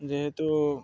ଯେହେତୁ